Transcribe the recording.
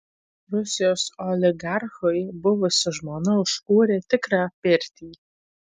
rusijos oligarchui buvusi žmona užkūrė tikrą pirtį